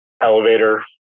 elevator